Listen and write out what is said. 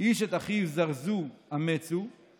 איש את אחיו זרזו, אמצו /